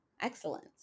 excellence